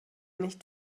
nicht